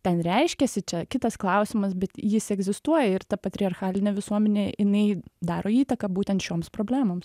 ten reiškiasi čia kitas klausimas bet jis egzistuoja ir ta patriarchalinė visuomenė jinai daro įtaką būtent šioms problemoms